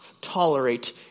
tolerate